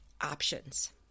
options